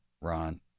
Ron